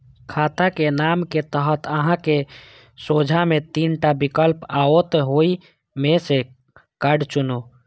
खाताक नाम के तहत अहांक सोझां मे तीन टा विकल्प आओत, ओइ मे सं कार्ड चुनू